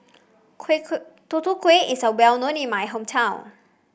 quick Tutu Kueh is a well known in my hometown